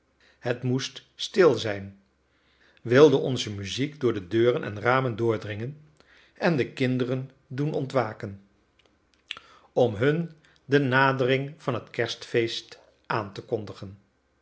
het moest stil zijn wilde onze muziek door de deuren en ramen doordringen en de kinderen doen ontwaken om hun de nadering van het kerstfeest aan te kondigen